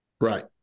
Right